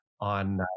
on